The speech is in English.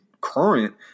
current